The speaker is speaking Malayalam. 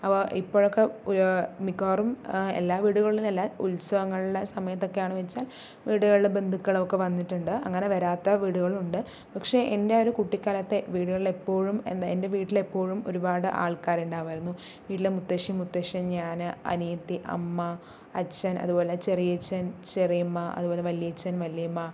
അപ്പോൾ ഇപ്പോഴൊക്കെ മിക്കവാറും എല്ലാ വീടുകളിലും അല്ല ഉത്സവങ്ങളിലെ സമയത്തൊക്കെ ആണ് വെച്ചാൽ വീടുകലിൽ ബന്ധുക്കൾ ഒക്കെ വന്നിട്ടുണ്ട് അങ്ങനെ വരാത്ത വീടുകളുണ്ട് പക്ഷെ എൻ്റെ ആ ഒരു കുട്ടികാലത്തെ വീടുകളിൽ എപ്പോഴും എന്താ എൻ്റെ വീട്ടിൽ എപ്പോഴും ഒരുപാട് ആൾക്കാർ ഉണ്ടാകുമായിരുന്നു വീട്ടിൽ മുത്തശ്ശി മുത്തശ്ശൻ ഞാൻ അനിയത്തി അമ്മ അച്ഛൻ അതുപോലെ ചെറിയച്ഛൻ ചെറിയമ്മ അതുപോലെ വല്യച്ഛൻ വല്യമ്മ